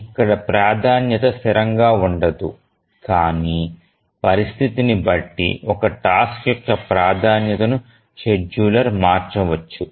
ఇక్కడ ప్రాధాన్యత స్థిరంగా ఉండదు కానీ పరిస్థితిని బట్టి ఒక టాస్క్ యొక్క ప్రాధాన్యతను షెడ్యూలర్ మార్చవచ్చు